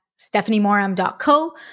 StephanieMoram.co